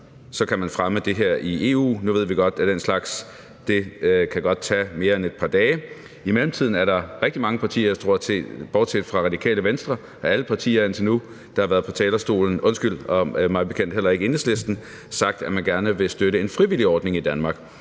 kan man fremme det her i EU. Nu ved vi godt, at den slags kan tage mere end et par dage. I mellemtiden er der rigtig mange partier, bortset fra Radikale Venstre og mig bekendt Enhedslisten, der har været på talerstolen og har sagt, at man gerne vil støtte en frivillig ordning i Danmark.